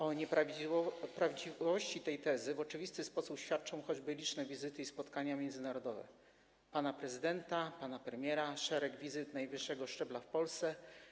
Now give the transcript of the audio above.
O nieprawdziwości tej tezy w oczywisty sposób świadczą choćby liczne wizyty i spotkania międzynarodowe pana prezydenta, pana premiera, szereg wizyt na najwyższym szczeblu w Polsce.